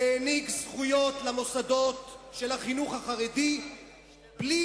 שהעניק זכויות למוסדות של החינוך החרדי בלי